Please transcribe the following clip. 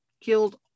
Killed